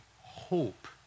hope